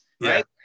right